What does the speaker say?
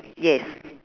yes